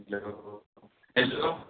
hello